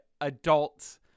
adult